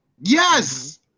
yes